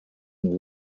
and